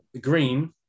green